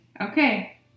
okay